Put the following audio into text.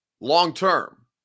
long-term